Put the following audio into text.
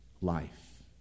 Life